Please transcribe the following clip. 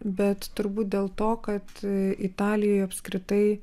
bet turbūt dėl to kad italijoj apskritai